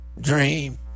dream